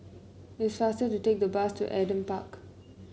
it's faster to take the bus to Adam Park